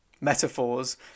metaphors